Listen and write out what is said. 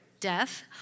death